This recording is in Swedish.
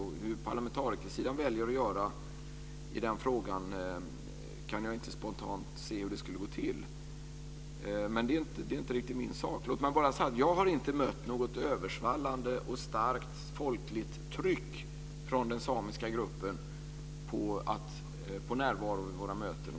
Hur parlamentarikersidan väljer att göra i den frågan kan jag inte förutse spontant. Men det är inte riktigt min sak. Låt mig bara säga att jag inte har mött något översvallande och starkt folkligt tryck från den samiska gruppen när det gäller närvaro vid våra möten.